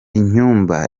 inyumba